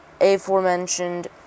aforementioned